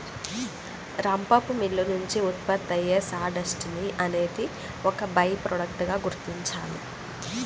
రంపపు మిల్లు నుంచి ఉత్పత్తి అయ్యే సాడస్ట్ ని అనేది ఒక బై ప్రొడక్ట్ గా గుర్తించాలి